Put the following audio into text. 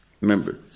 Remember